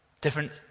Different